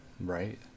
right